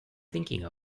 thinking